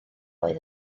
oedd